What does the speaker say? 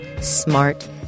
smart